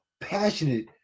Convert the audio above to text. passionate